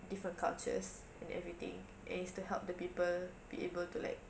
different cultures and everything and it is to help the people be able to like